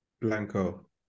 Blanco